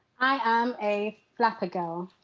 i am a flapper girl.